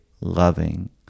loving